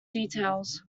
details